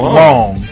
long